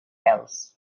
else